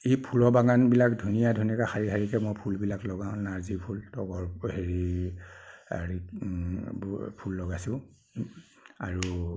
এই ফুলৰ বাগানবিলাক ধুনীয়া ধুনীয়াকৈ শাৰী শাৰীকৈ মই ফুলবিলাক লগাওঁ নাৰ্জী ফুল তগৰ হেৰি হেৰি এইবোৰ ফুল লগাইছোঁ আৰু